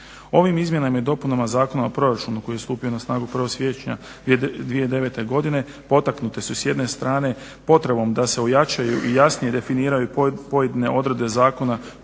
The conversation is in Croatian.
Ovim izmjenama i dopunama Zakona o proračunu koji je stupio na snagu 1. siječnja 2009. godine potaknute su s jedne strane potrebom da se ojačaju i jasnije definiraju pojedine odredbe zakona